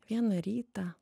vieną rytą